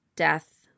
death